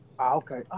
okay